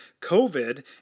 COVID